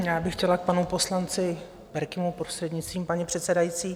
Já bych chtěla k panu poslanci Berkimu, prostřednictvím paní předsedající.